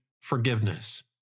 forgiveness